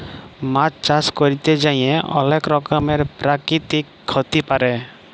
মাছ চাষ ক্যরতে যাঁয়ে অলেক রকমের পেরাকিতিক ক্ষতি পারে